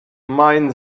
mein